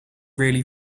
really